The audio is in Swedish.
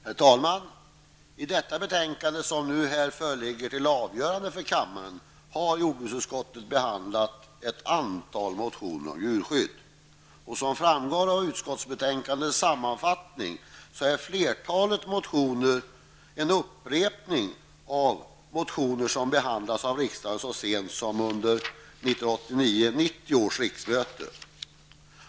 Herr talman! I det betänkande som nu föreligger till avgörande för kammaren har jordbruksutskottet behandlat ett antal motioner om djurskydd. Som framgår av utskottsbetänkandets sammanfattning är flertalet motioner en upprepning av motioner som behandlats av riksdagen så sent som under 1989/90 års riksmöte.